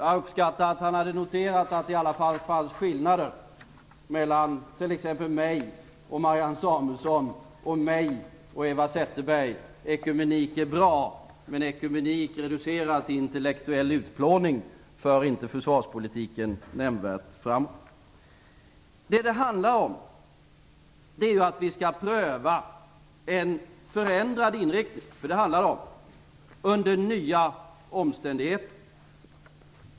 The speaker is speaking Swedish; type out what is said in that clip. Jag uppskattar att han hade noterat att det i alla fall finns skillnader mellan t.ex. mig och Marianne Samuelsson och mig och Eva Zetterberg. Ekumenik är bra, men ekumenik reducerad till intellektuell utplåning för inte försvarspolitiken nämnvärt framåt. Det handlar om att vi skall pröva en förändrad inriktning under nya omständigheter.